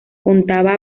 contaba